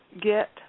get